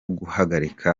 guhagarika